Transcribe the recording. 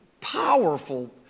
powerful